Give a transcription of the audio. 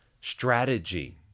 strategy